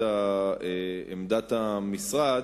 את עמדת המשרד.